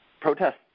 protest